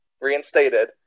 reinstated